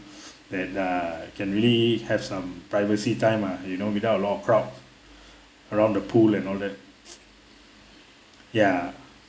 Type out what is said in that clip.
then uh can really have some privacy time uh you know without a lot crowd around the pool and all that ya